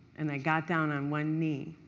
and i got down on one knee,